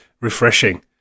refreshing